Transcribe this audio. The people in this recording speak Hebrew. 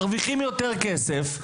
מרוויחים יותר כסף,